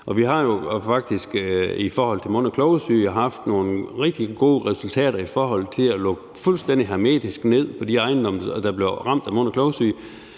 haft nogle rigtig gode resultater med at lukke fuldstændig hermetisk ned på de ejendomme, der blev ramt af mund- og klovesyge.